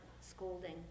scolding